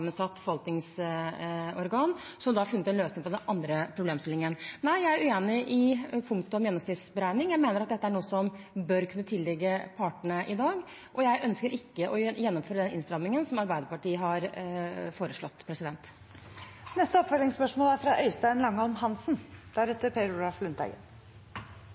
løsning på den andre problemstillingen. Nei, jeg er uenig i punktet om gjennomsnittsberegning. Jeg mener at dette er noe som bør kunne tilligge partene i dag. Jeg ønsker ikke å gjennomføre den innstrammingen som Arbeiderpartiet har foreslått. Øystein Langholm Hansen – til oppfølgingsspørsmål.